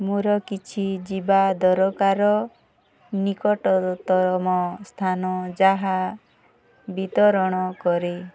ମୋର କିଛି ଯିବା ଦରକାର ନିକଟତମ ସ୍ଥାନ ଯାହା ବିତରଣ କରେ